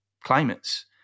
climates